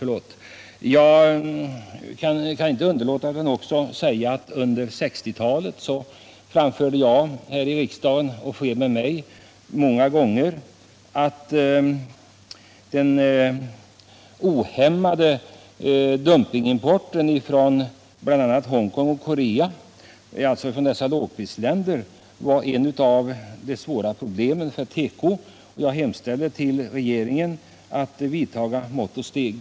Försörjningsbered Jag kan inte underlåta att också säga att under 1960-talet framhöll skapen på tekoomjag, och flera med mig, att den ohämmade lågprisimporten från bl.a. rådet Honkong och Korea var ett av de svårare problemen för tekobranschen. Jag hemställde då att regeringen skulle vidta mått och steg mot detta.